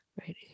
right